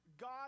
God